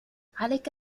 عليك